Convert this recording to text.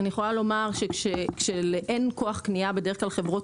אני יכולה לומר שכשאין כוח קנייה בדרך כלל חברות